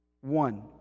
one